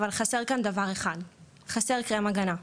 אבל חסר כאן דבר אחד קרם הגנה,